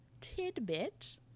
tidbit